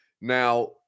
Now